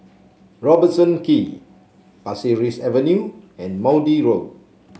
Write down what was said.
Robertson Quay Pasir Ris Avenue and Maude Road